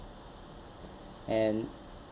and